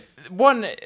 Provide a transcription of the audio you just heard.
One